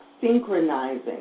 Synchronizing